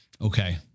Okay